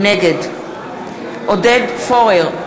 נגד עודד פורר,